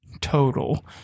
total